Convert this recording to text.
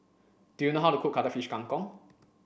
do you know how to cook Cuttlefish Kang Kong